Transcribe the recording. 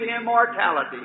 immortality